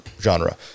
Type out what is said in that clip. genre